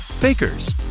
Baker's